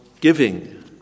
giving